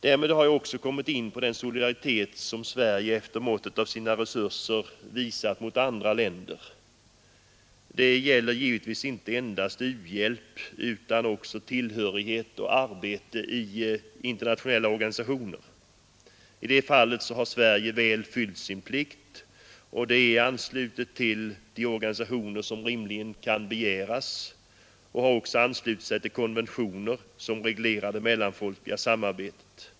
Därmed har jag också kommit in på den solidaritet som Sverige efter måttet av sina resurser visat mot andra länder. Det gäller givetvis inte endast u-hjälp utan också tillhörighet till och arbete i internationella organisationer. I det fallet har Sverige väl fyllt sin plikt och är anslutet till de organisationer som rimligen kan begäras. Vi har också anslutit oss till konventioner som reglerar det mellanfolkliga samarbetet.